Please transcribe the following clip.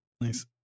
Nice